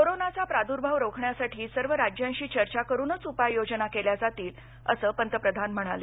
कोरोनाचा प्रादुर्भाव रोखण्यासाठी सर्व राज्यांशी चर्चा करूनच उपाययोजना केल्या जातील असं पंतप्रधान म्हणाले